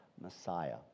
Messiah